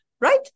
right